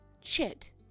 chit